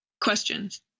Questions